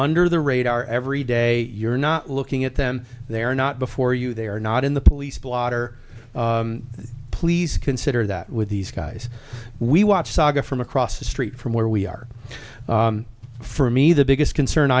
under the radar every day you're not looking at them they're not before you they are not in the police blotter please consider that with these guys we watch saga from across the street from where we are for me the biggest concern